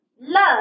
Love